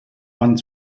wand